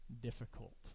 difficult